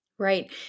Right